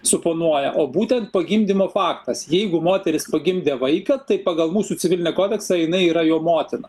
suponuoja o būtent pagimdymo faktas jeigu moteris pagimdė vaiką tai pagal mūsų civilinį kodeksą jinai yra jo motina